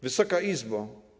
Wysoka Izbo!